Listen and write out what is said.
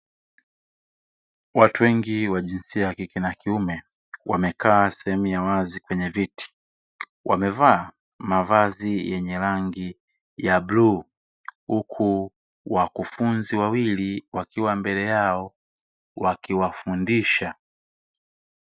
Watu wengi wajinsia yakike na yakiume wamekaa sehemu ya wazi kwenye viti wamevaa mavazi yenye rangi ya bluu huku wanafunzi wawili wakiwa mbele yao wakiwafundisha.